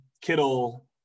Kittle